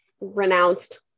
renounced